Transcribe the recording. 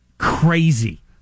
Crazy